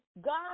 God